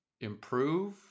improve